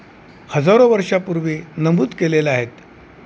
हजारो वर्षापूर्वी नमूद केलेलं आहेत